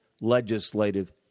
legislative